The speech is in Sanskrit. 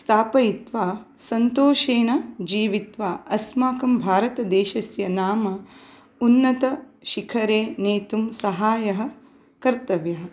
स्थापयित्वा सन्तोषेण जीवित्वा अस्माकं भारतदेशस्य नाम उन्नतशिखरे नेतुं सहायः कर्तव्यः